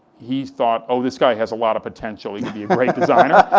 he thought, oh, this guy has a lot of potential, he could be a great designer.